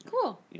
Cool